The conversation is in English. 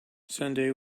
sunday